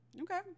okay